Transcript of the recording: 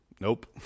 Nope